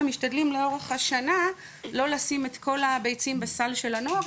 משתדלים לאורך השנה לא לשים את כל הביצים בסל של הנוער,